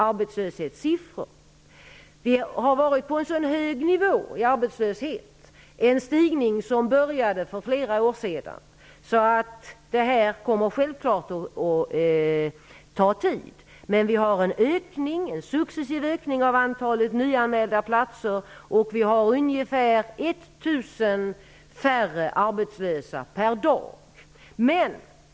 Arbetslösheten har legat på en så hög nivå -- denna ökning av arbetslösheten började för flera år sedan -- att detta självfallet kommer att ta tid. Antalet nyanmälda lediga platser ökar emellertid successivt, och varje dag minskar antalet arbetslösa med ungefär 1 000 personer.